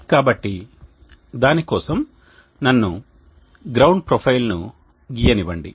కాబట్టి దాని కోసం నన్ను గ్రౌండ్ ప్రొఫైల్ను గీయనివ్వండి